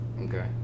Okay